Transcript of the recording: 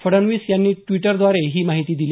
फडणवीस यांनी द्विटरद्वारे ही माहिती दिली